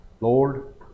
Lord